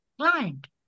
client